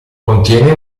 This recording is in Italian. contiene